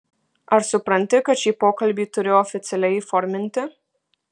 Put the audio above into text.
ar supranti kad šį pokalbį turiu oficialiai įforminti